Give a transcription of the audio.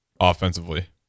offensively